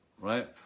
Right